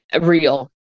real